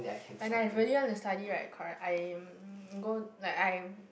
when I really wanna study correct I'm like I go